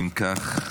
אם כך,